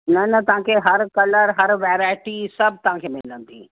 न न तव्हांखे हर कलर हर वैराएटी सभु तव्हांखे मिलंदी